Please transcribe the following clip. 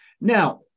Now